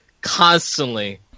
constantly